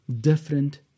different